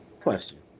Question